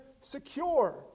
secure